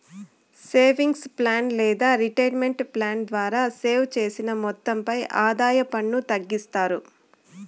savings plan లేదా retirement plan ద్వారా save చేసిన మొత్తంపై ఆదాయ పన్ను తగ్గిస్తారు